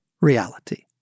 reality